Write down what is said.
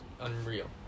unreal